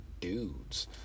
dudes